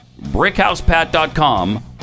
BrickHousePat.com